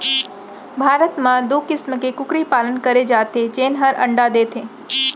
भारत म दू किसम के कुकरी पालन करे जाथे जेन हर अंडा देथे